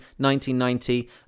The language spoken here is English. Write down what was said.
1990